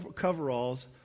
coveralls